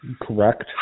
Correct